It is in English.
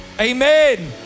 Amen